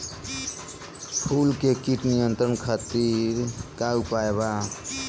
फूल में कीट नियंत्रण खातिर का उपाय बा?